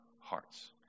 hearts